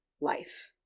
life